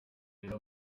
rero